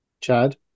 Chad